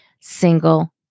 single